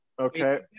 Okay